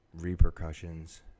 repercussions